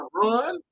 run